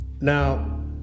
Now